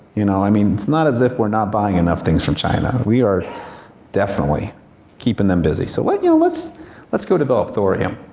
you know, i mean, it's not as if we're not buying enough things from china. we are definitely keeping them busy. so let's you know let's let's go develop thorium.